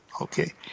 Okay